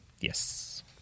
yes